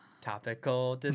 topical